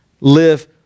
Live